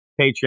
Patreon